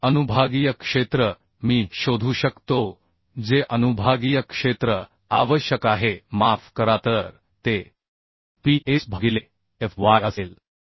तर अनुभागीय क्षेत्र मी शोधू शकतो जे अनुभागीय क्षेत्र आवश्यक आहे माफ करा तर ते Ps भागिले Fy असेल